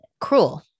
cruel